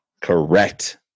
Correct